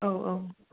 औ औ